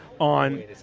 on